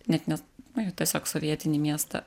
net nes nu jau tiesiog sovietinį miestą